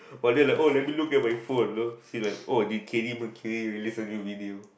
but then like oh let me look at my phone know see like oh did McKally release a new video